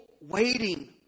waiting